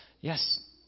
Yes